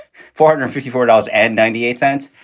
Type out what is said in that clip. four hundred fifty four dollars and ninety eight cents.